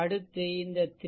அடுத்து இந்த 3